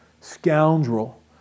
scoundrel